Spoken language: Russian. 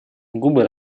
губы